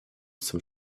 zum